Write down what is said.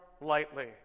lightly